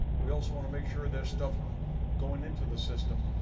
we also wanna make sure there's stuff going into the system,